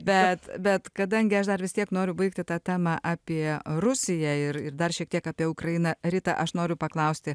bet bet kadangi aš dar vis tiek noriu baigti tą temą apie rusiją ir ir dar šiek tiek apie ukrainą rita aš noriu paklausti